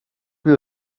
will